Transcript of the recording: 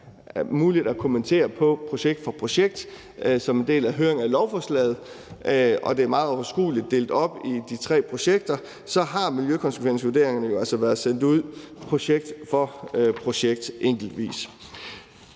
muligt at kommentere på projekt for projekt. Som en del af høringen af lovforslaget – og det er meget overskueligt delt op i de tre projekter – har miljøkonsekvensvurderingerne jo altså været sendt ud projekt for projekt enkeltvis.